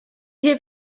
rhy